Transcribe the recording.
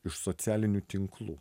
iš socialinių tinklų